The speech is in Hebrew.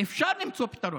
שאפשר למצוא פתרון.